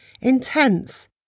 intense